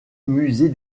musée